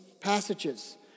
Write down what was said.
passages